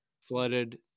flooded